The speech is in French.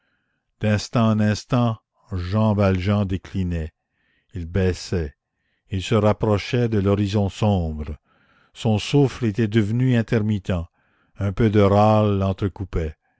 d'instant en instant jean valjean déclinait il baissait il se rapprochait de l'horizon sombre son souffle était devenu intermittent un peu de râle l'entrecoupait